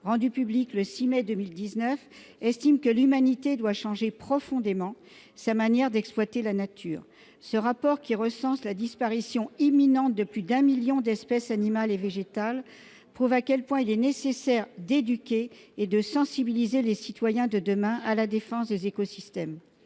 rendu public le 6 mai 2019, estime que l'humanité doit changer profondément sa manière d'exploiter la nature. Ce rapport, qui recense la disparition imminente de plus d'un million d'espèces animales et végétales, prouve à quel point il est nécessaire d'éduquer et de sensibiliser les citoyens de demain à la défense des écosystèmes.